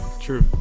true